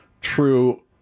true